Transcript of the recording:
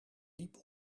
diep